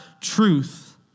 truth